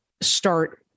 start